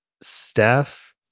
Steph